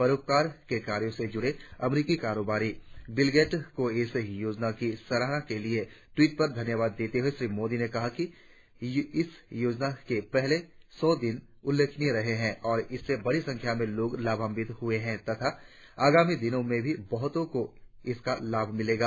परोपकार के कार्यों से जुड़े अमरीकी कारोबारी बिलगेट्स को इस योजना की सराहना के लिए ट्विटर पर धन्यवाद देते हुए श्रॊ मोदी ने कहा कि योजना के पहले सौ दिन उल्लेखनीय रहे हैं और इससे बड़ी संख्या में लोग लाभान्वित हुए हैं तथा आगामी दिनों में भी बहुतों को इसका लाभा मिलेगा